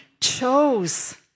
chose